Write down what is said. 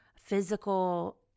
physical